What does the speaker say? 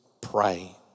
pray